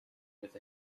with